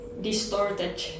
distorted